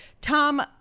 Tom